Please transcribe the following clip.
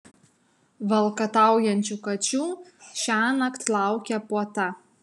valkataujančių kačių šiąnakt laukia puota